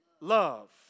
love